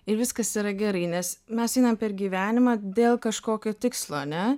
ir viskas yra gerai nes mes einam per gyvenimą dėl kažkokio tikslo ane